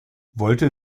wollte